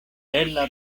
bela